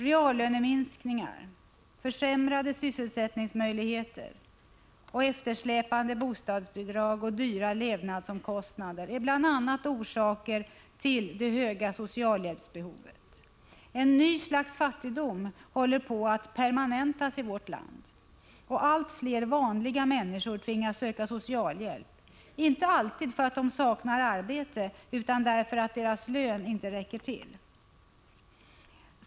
Reallöneminskningar, försämrade sysselsättningsmöjligheter, eftersläpande bostadsbidrag och dyra levnadsomkostnader är bl.a. orsaker till det höga socialhjälpsbehovet. Ett nytt slags fattigdom håller på att permanentas i vårt land. Allt fler ”vanliga” människor tvingas söka socialhjälp, inte alltid därför att de saknar arbete utan därför att deras lön inte räcker till.